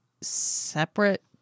separate